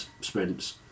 sprints